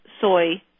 soy